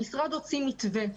המשרד הוציא מתווה,